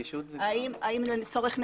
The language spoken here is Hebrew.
האם זה לצורך נגישות.